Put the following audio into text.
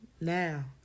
Now